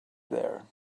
there